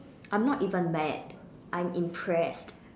I'm not even mad I'm impressed